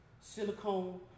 Silicone